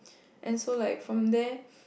and so like from there